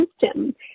system